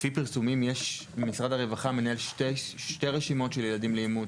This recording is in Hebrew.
לפי פרסומים משרד הרווחה מנהל שתי רשימות של ילדים לאימוץ,